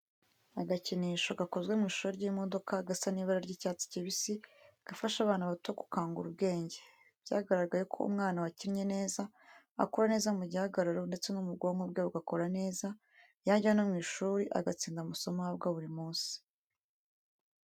Agakinisho gakozwe mu ishusho y'imodoka gasa n'ibara ry'icyatsi kibisi gafasha abana bato gukangura ubwenge. Byaragaragaye ko umwana wakinnye neza akura neza mu gihagararo ndetse n'ubwonko bwe bugakora neza, yajya no mu ishuri agatsinda amasomo ahabwa buri munsi.